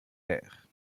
aires